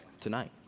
tonight